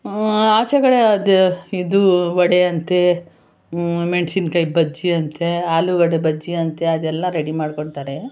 ಆಚೆ ಕಡೆ ಅದು ಇದು ವಡೆಯಂತೆ ಮೆಣಸಿನಕಾಯಿ ಬಜ್ಜಿ ಅಂತೆ ಆಲೂಗಡ್ಡೆ ಬಜ್ಜಿ ಅಂತೆ ಅದೆಲ್ಲ ರೆಡಿ ಮಾಡ್ಕೊತಾರೆ